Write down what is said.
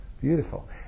Beautiful